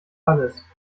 alles